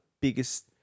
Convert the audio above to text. biggest